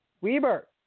Weber